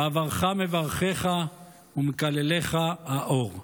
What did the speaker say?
"ואברכה מברכיך ומקללך אָאֹר".